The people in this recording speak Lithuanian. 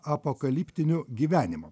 apokaliptiniu gyvenimu